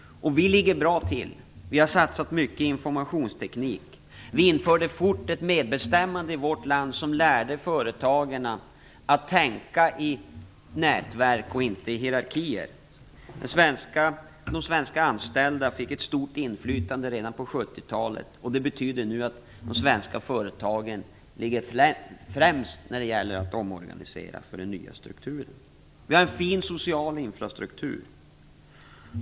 Vi ligger bra till. Vi har satsat mycket på informationsteknik. Vi införde fort ett medbestämmande i vårt land som lärde företagen att tänka i nätverk och inte i hierarkier. De svenska anställda fick ett stort inflytande redan på 70-talet. Det betyder nu att de svenska företagen ligger främst när det gäller att omorganisera för den nya strukturen. Vi har en fin social infrastruktur.